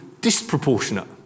disproportionate